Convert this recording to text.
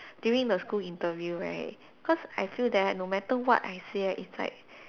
during the school interview right because I feel that no matter what I say it's like